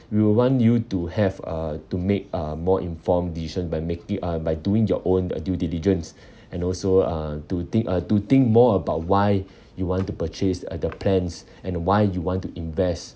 we will want you to have uh to make a more informed decision by making uh by doing your own due diligence and also uh to think uh to think more about why you want to purchase uh the plans and why you want to invest